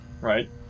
right